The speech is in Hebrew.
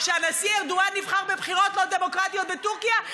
שהנשיא ארדואן נבחר בבחירות לא דמוקרטיות בטורקיה?